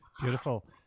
Beautiful